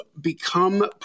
become